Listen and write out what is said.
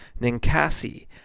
Ninkasi